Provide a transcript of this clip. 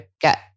get